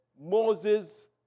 Moses